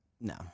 No